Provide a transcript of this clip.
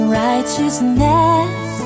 righteousness